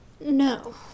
No